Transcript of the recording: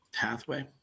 pathway